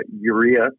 urea